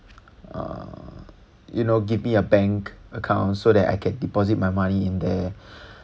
uh you know give me bank account so that I can deposit the money in there